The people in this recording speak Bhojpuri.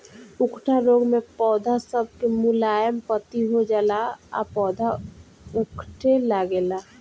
उकठा रोग मे पौध सब के मुलायम पत्ती हो जाला आ पौधा उकठे लागेला